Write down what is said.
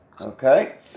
Okay